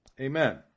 Amen